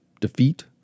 defeat